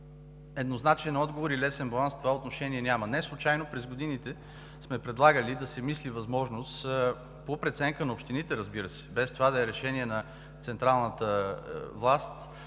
еднозначен отговор и лесен баланс в това отношение няма. Неслучайно през годините сме предлагали да се мисли възможност, по преценка на общините, разбира се, без това да е решение на централната власт,